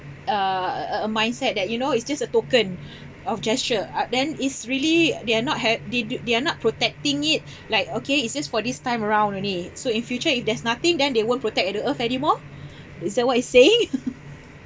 a a a a mindset that you know it's just a token of gesture ah then it's really they are not hav~ they do they're not protecting it like okay it's just for this time around only so in future if there's nothing then they won't protect at the earth anymore is that what you saying